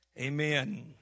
Amen